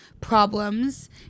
problems